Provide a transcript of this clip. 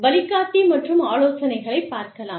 வழிகாட்டி மற்றும் ஆலோசனைகளை பார்க்கலாம்